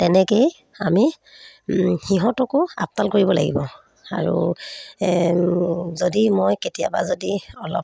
তেনেকেই আমি সিহঁতকো আপডাল কৰিব লাগিব আৰু যদি মই কেতিয়াবা যদি অলপ